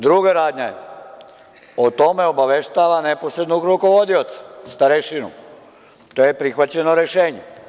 Druga radnja, o tome obaveštava neposrednog rukovodioca, i starešinu i to je prihvaćeno rešenje.